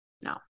no